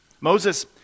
Moses